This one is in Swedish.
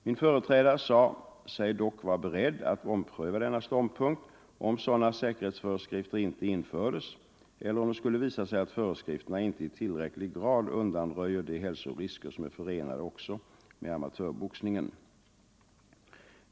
Min företrädare sade sig dock vara beredd att ompröva denna ståndpunkt, om sådana säkerhetsföreskrifter inte infördes eller om det skulle visa sig att föreskrifterna inte i tillräcklig grad undanröjer de hälsorisker som är förenade också med amatörboxningen.